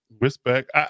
respect